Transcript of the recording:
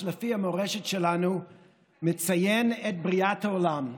שלפי המורשת שלנו מציין את בריאת העולם.